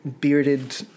bearded